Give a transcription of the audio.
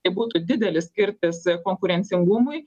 tai būtų didelis kirtis konkurencingumui